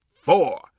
four